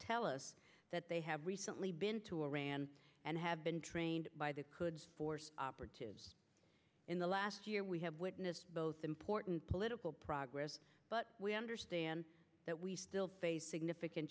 tell us that they have recently been to iran and have been trained by the could force operatives in the last year we have witnessed both important political progress but we understand that we still face significant